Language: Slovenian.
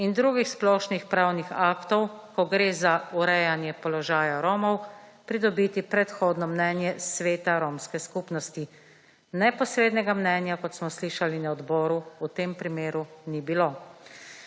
in drugih splošni pravnih aktov, ko gre za urejanje položaja Romov, pridobiti predhodno mnenje sveta romske skupnosti. Neposrednega mnenja, kot smo slišali na odboru, v tem primeru ni bilo.